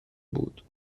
بود